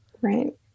Right